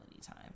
time